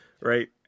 right